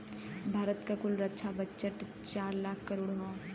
भारत क कुल रक्षा बजट चार लाख करोड़ हौ